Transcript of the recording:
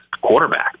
quarterback